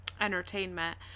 entertainment